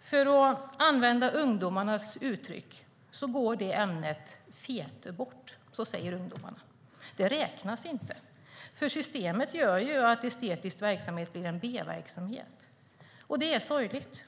För att använda ungdomarnas uttryck går ämnet fetbort. Så säger ungdomarna. Det räknas inte. Systemet gör att estetisk verksamhet blir en B-verksamhet, och det är sorgligt.